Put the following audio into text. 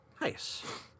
Nice